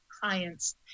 clients